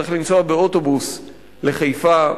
צריך לנסוע באוטובוס לחיפה,